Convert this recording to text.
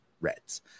Reds